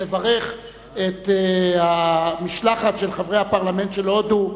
לברך את המשלחת של חברי הפרלמנט של הודו,